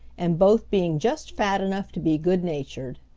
and both being just fat enough to be good-natured.